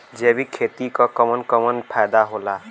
जैविक खेती क कवन कवन फायदा होला?